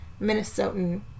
Minnesotan